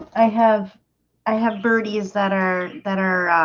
i have i have birdies that are that are